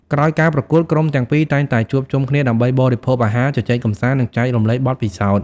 ក្រោយការប្រកួត ក្រុមទាំងពីរតែងតែជួបជុំគ្នាដើម្បីបរិភោគអាហារ ជជែកកម្សាន្ត និងចែករំលែកបទពិសោធន៍។